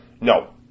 No